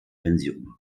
pensionen